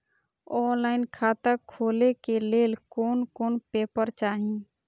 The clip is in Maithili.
ऑनलाइन खाता खोले के लेल कोन कोन पेपर चाही?